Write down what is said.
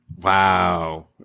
Wow